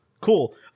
Cool